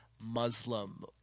Muslim